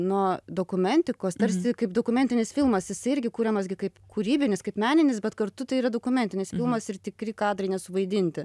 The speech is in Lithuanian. nuo dokumentikos tarsi kaip dokumentinis filmas jisai irgi kuriamas gi kaip kūrybinis kaip meninis bet kartu tai yra dokumentinis filmas ir tikri kadrai nesuvaidinti